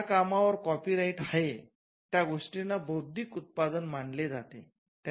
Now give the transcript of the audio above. ज्या कामांवर कॉपीराइट आहे त्या गोष्टींना बौद्धिक उत्पादन मानले जाते